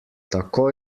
tako